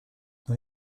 dans